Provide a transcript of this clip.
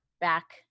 back